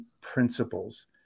principles